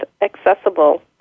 accessible